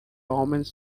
omens